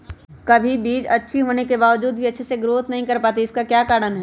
कभी बीज अच्छी होने के बावजूद भी अच्छे से नहीं ग्रोथ कर पाती इसका क्या कारण है?